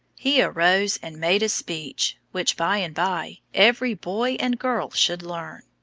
he arose and made a speech which, by and by, every boy and girl should learn.